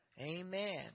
Amen